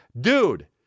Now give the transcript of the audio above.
dude